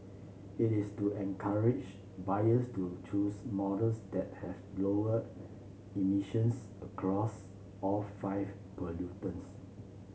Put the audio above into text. it is to encourage buyers to choose models that have lower emissions across all five pollutants